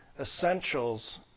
Essentials